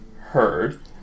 heard